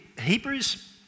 Hebrews